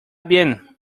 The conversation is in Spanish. bien